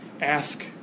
ask